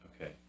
Okay